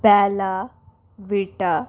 bella vita